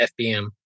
FBM